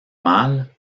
mal